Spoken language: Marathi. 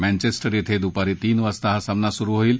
मँचेस्टर क्रिं दुपारी तीन वाजता हा सामना सुरु होईल